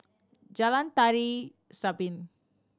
Jalan Tari Zapin